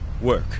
work